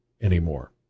anymore